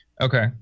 Okay